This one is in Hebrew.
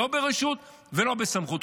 לא ברשות ולא בסמכות.